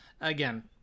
again